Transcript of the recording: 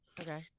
okay